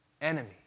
enemy